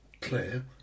clear